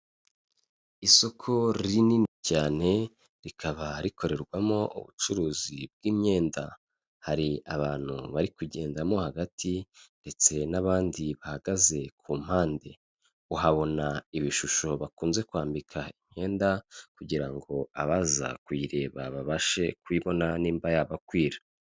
Isoko rinini cyane rikaba rikorerwamo ubucuruzi bw'imyenda, hari abantu bari kugenda mo hagati ndetse n'abandi bahagaze ku mpande, uhabona ibishusho bakunze kwambika imyenda kugira ngo abaza kuyireba babashe kubona niba yabakwira.